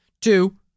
Two